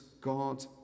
God